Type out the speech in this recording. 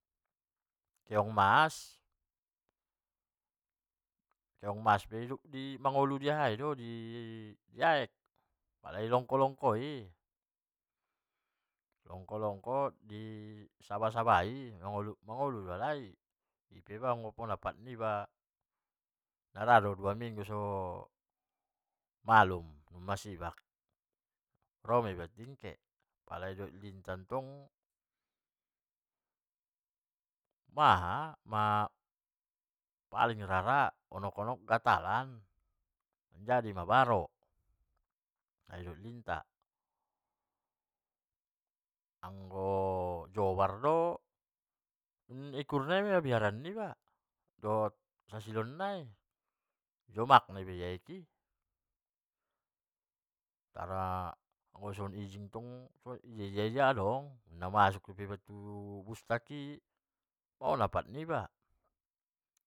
Keong mas, keong mas pe hidup mangolu di aha do di aek, pala i longko longko i, di longko longko i saba saba i, mangolu do alai, ipe go ona pat niba, ra do dua minggu so malum, masibak roma iba tingke. pala idoit littah tong, ahaa, paling rara honok-honok gatalan jadi ma baro, tai doit linta, anggo jobar do, ikur nai ma biaran niba dohot sasilon nai, jomak na do iba di aek i, pala anggo songon ijing tong ijia-jia adong, namasuk pe iba tu bustak i hona pat niba.